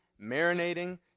marinating